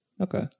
okay